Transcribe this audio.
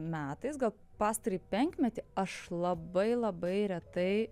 metais gal pastarąjį penkmetį aš labai labai retai